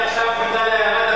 אחים שלי, תודה רבה.